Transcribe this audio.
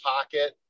pocket